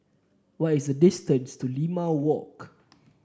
what is the distance to Limau Walk